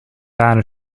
data